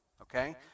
okay